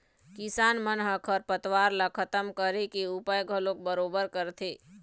किसान मन ह खरपतवार ल खतम करे के उपाय घलोक बरोबर करथे